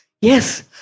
Yes